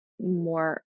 more